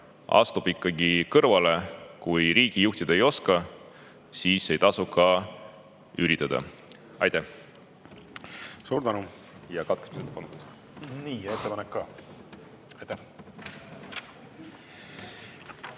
astub kõrvale. Kui riiki juhtida ei oska, siis ei tasu ka üritada. Aitäh!